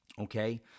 Okay